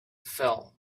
fell